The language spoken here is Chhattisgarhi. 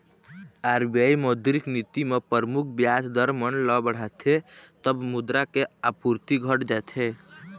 आर.बी.आई मौद्रिक नीति म परमुख बियाज दर मन ल बढ़ाथे तब मुद्रा के आपूरति घट जाथे